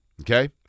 Okay